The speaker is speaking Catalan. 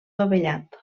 dovellat